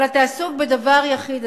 אבל אתה עסוק בדבר יחיד,